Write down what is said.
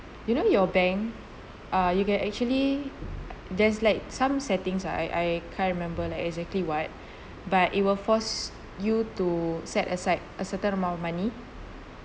you know your bank uh you can actually there's like some settings lah I I can't remember like exactly what but it will force you to set aside a certain amount of money